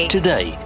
today